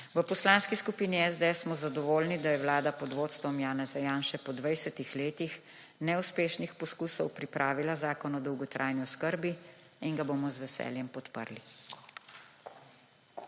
V poslanski skupini SDS smo zadovoljni, da je Vlada pod vodstvom Janeza Janše po 20-ih letih neuspešnih poskusov pripravila Zakon o dolgotrajni oskrbi in ga bomo z veseljem podprli.